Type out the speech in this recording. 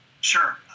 Sure